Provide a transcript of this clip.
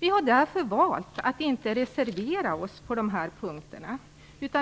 Vi har därför valt att inte reservera oss på de här punkterna.